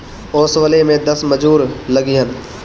ओसवले में दस मजूर लगिहन